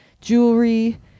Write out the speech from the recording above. jewelry